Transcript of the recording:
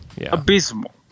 Abysmal